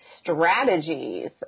strategies